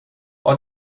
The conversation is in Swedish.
var